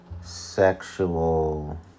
sexual